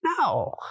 No